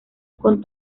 con